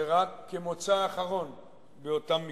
ורק כמוצא אחרון באותם מקרים.